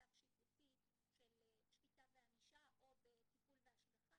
בצו שיפוטי של שפיטה וענישה או בטיפול והשגחה,